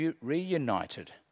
reunited